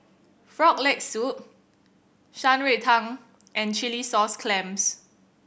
Frog Leg Soup Shan Rui Tang and chilli sauce clams